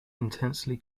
intensely